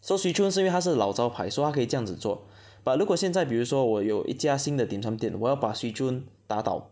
so Swee-Choon 是因为它是老招牌 so 它可以这样子做 but 如果现在比如说我有一家新的顶上店我要把 Swee-Choon 打倒